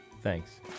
Thanks